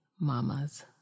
mamas